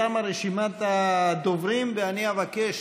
תמה רשימת הדוברים ואני אבקש,